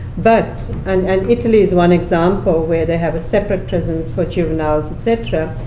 but and and italy is one example where they have separate prisons for juveniles, et cetera.